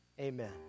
Amen